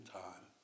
time